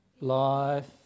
life